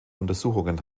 untersuchungen